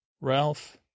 Ralph